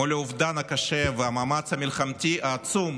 מול האובדן הקשה והמאמץ המלחמתי העצום,